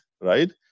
right